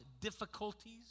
difficulties